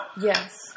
Yes